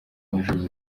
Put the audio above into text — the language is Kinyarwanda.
maj